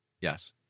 Yes